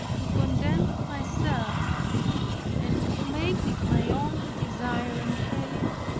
to content myself and to make it my only desire and prayer?